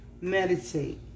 meditate